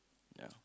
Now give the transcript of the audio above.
yeah